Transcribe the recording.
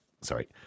sorry